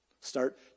Start